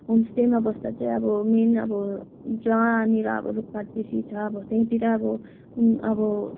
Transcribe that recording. होमस्टेमा बस्दा चाहिँ अब मेन अब जहाँनिर अब रुखपात बेसी छ अब त्यहीँतिर अब अब